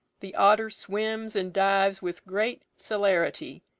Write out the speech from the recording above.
the otter swims and dives with great celerity,